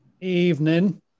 Evening